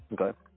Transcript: okay